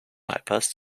bypass